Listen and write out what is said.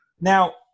Now